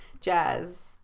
jazz